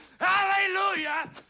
Hallelujah